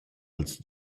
als